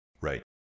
Right